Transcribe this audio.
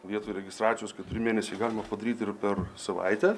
vietoj registracijos keturi mėnesiai galima padaryt ir per savaitę